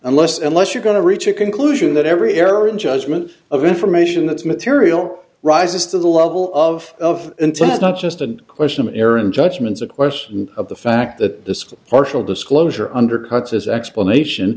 unless unless you're going to reach a conclusion that every error in judgment of information that's material rises to the level of intent is not just a question of an error in judgment is a question of the fact that this partial disclosure undercuts his explanation